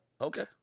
Okay